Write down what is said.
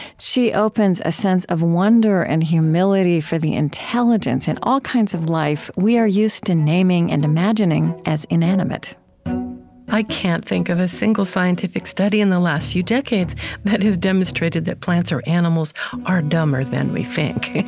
she opens a sense of wonder and humility for the intelligence in all kinds of life we are used to naming and imagining as inanimate i can't think of a single scientific study in the last few decades that has demonstrated that plants or animals are dumber than we think.